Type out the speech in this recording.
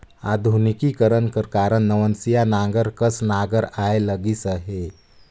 आधुनिकीकरन कर कारन नवनसिया नांगर कस नागर आए लगिस अहे